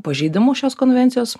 pažeidimu šios konvencijos